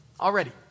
already